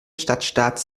stadtstaats